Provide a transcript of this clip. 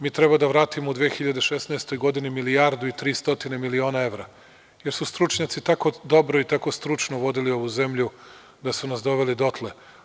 Mi treba da vratimo u 2016. godini milijardu i 300 miliona evra, jer su stručnjaci tako dobro i tako stručno vodili ovu zemlju da su nas doveli dotle.